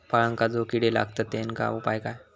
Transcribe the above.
फळांका जो किडे लागतत तेनका उपाय काय?